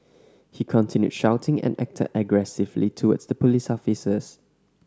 he continued shouting and acted aggressively towards the police officers